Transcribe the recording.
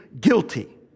guilty